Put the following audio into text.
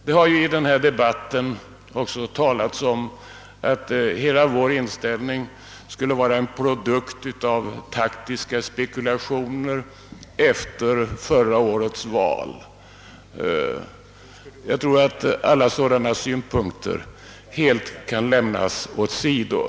Det har i denna debatt talats om att hela vår inställning skulle vara en produkt av taktiska spekulationer efter förra årets val. Jag tror att alla sådana synpunkter helt kan lämnas åt sidan.